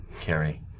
Carrie